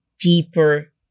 deeper